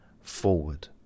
Forward